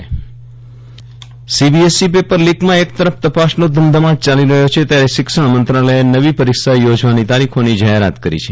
Viral Rana CBSE પરીક્ષા CBSE paper લીકમાં એક તરફ તપાસનો ધમધમાટ ચાલી રહ્યો છે ત્યારે શિક્ષણ મંત્રાલયે નવી પરીક્ષા યોજવાની તારીખો ની જાહેરાત કરી છે